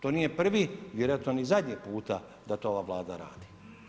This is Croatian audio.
To nije prvi, vjerojatno ni zadnji puta da to ova vlada radi.